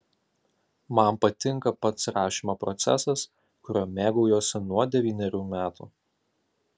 man patinka pats rašymo procesas kuriuo mėgaujuosi nuo devynerių metų